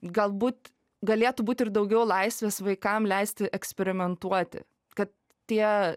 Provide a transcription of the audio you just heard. galbūt galėtų būt ir daugiau laisvės vaikam leisti eksperimentuoti kad tie